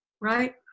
right